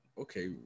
Okay